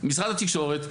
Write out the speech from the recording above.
משרד התקשורת,